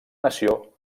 nació